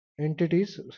entities